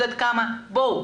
בואו,